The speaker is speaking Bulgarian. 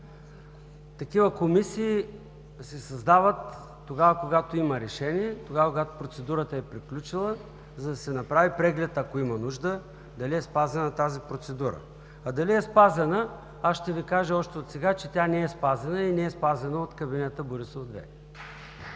Такива комисии се създават тогава, когато има решение, тогава, когато процедурата е приключила, за да се направи преглед, ако има нужда, дали е спазена тази процедура. Дали е спазена, аз ще Ви кажа още отсега, че тя не е спазена и не е спазена от кабинета „Борисов 2“.